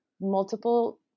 multiple